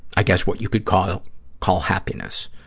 i guess what you could call call happiness.